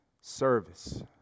service